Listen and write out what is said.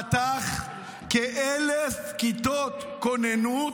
פתח כ-1,000 כיתות כוננות.